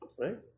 right